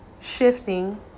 shifting